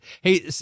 Hey